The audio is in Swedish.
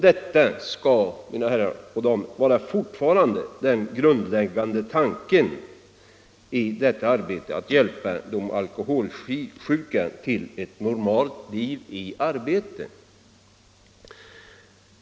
Detta skall fortfarande vara den grundläggande tanken i verksamheten för att hjälpa de alkoholsjuka till ett normalt liv i arbete.